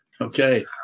Okay